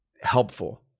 helpful